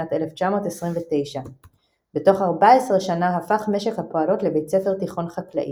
בשנת 1929. בתוך ארבע עשרה שנה הפך משק הפועלות לבית ספר תיכון חקלאי.